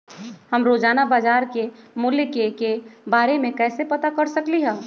हम रोजाना बाजार के मूल्य के के बारे में कैसे पता कर सकली ह?